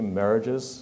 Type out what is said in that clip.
marriages